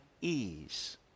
ease